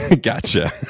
Gotcha